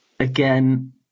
Again